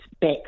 back